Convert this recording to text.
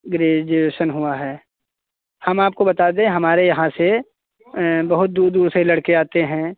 graduation हुआ है हम आपको बता दें हमारे यहाँ से बहुत दूर दूर से लड़के आते हैं